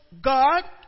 God